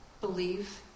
believe